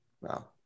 Wow